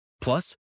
Plus